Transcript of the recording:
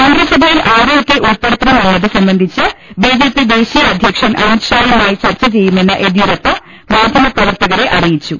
മന്ത്രിസഭയിൽ ആരെയൊക്കെ ഉൾപ്പെടുത്തണ്മെന്നത് സംബ ന്ധിച്ച് ബി ജെ പി ദേശീയ അധ്യക്ഷൻ അമിത്ഷായുമായി ചർച്ച ചെയ്യുമെന്ന് യെദ്യൂരപ്പ മാധ്യമപ്രവർത്തകരെ അറിയിച്ചു